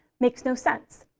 makes no sense.